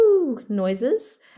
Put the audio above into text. Noises